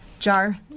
jar